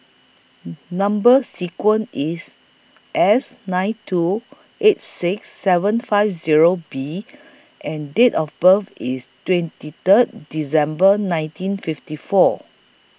Number sequence IS S nine two eight six seven five Zero B and Date of birth IS twenty Third December nineteen fifty four